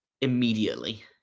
immediately